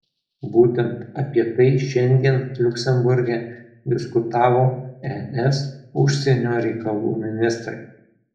būtent apie tai šiandien liuksemburge diskutavo es užsienio reikalų ministrai